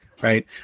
right